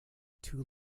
two